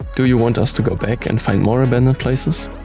do you want us to go back and find more abandoned places?